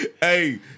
Hey